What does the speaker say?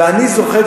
ואני זוכר,